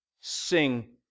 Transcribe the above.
sing